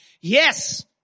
yes